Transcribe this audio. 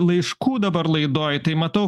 laiškų dabar laidoj tai matau